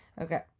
Okay